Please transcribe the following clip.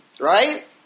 Right